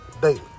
daily